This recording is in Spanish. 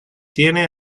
tiene